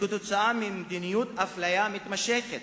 וכתוצאה ממדיניות אפליה מתמשכת.